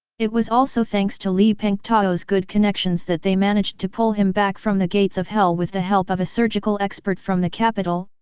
it was also thanks to li pengtao's good connections that they managed to pull him back from the gates of hell with the help of a surgical expert from the capital,